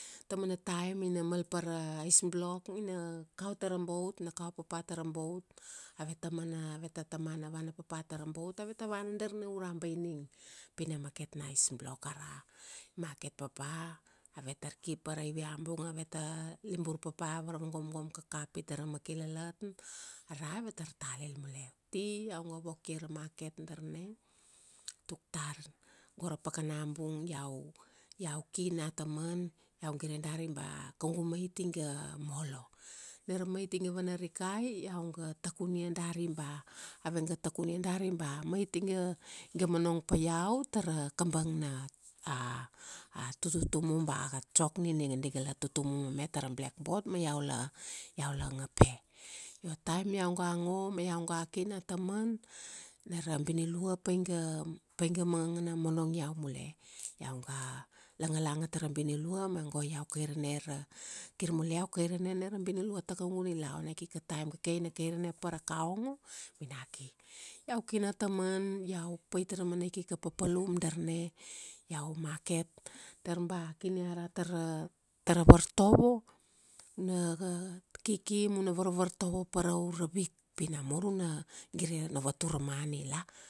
Tamana taim ina mal pa ra ice-block, ina kau tara boat, ina kau papa tara boat ave tamana, aveta tamana vana papa tara boat aveta vana darna ura Baining. Pi na market na ice-block ara. Market papa, avetar ki pa raivia bung aveta, libur papa, varva gomgom kakapi tara makilalat, ara, avetar talil mule. Uti iau ga vokia ra market darna, tuk tar, go ra pakana bung iau, iau ki nataman, iau gire dari ba kaugu mait iga molo. Na ra mait iga vanarikai iau ga, takunia dari ba, avega takunia dari ba, mait iga monong pa iau tara kabang na, a tututumu ba chalk nina di ga la tutumu mame tara blackboard ma iau la, iau la angape. Io taim iau ga ngo ma iau ga ki nataman, na ra binilua pai ga, pai ga mangana monong iau mule. Iau ga, langalanga tara binilua, ma go iau kairene ra, kir mule iau kairene na ra binilua ta kaugu nilaun. Aikika taim kake ina kairane ra kaongo, ina ki. Iau ki nataman, iau pait ra mana ikika papalum darna, iau market. Dar ba kini ara tara, tara vartovo, u na kiki ma una varvartovo pa raura week. Pi namur una gire una vatur ra mani la?